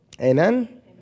Amen